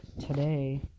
Today